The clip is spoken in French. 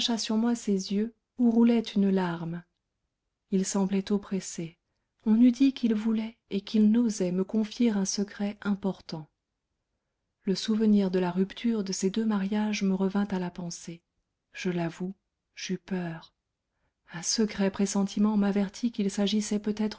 sur moi ses yeux où roulait une larme il semblait oppressé on eût dit qu'il voulait et qu'il n'osait me confier un secret important le souvenir de la rupture de ces deux mariages me revint à la pensée je l'avoue j'eus peur un secret pressentiment m'avertit qu'il s'agissait peut-être